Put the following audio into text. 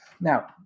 Now